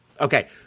Okay